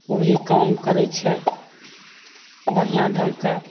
ओ भी काम करै छै बढ़िआँ ढङ्गके